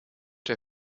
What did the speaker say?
der